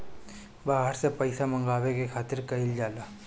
बाहर से पइसा मंगावे के खातिर का कइल जाइ?